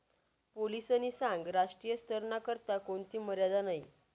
पोलीसनी सांगं राष्ट्रीय स्तरना करता कोणथी मर्यादा नयी